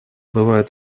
бывают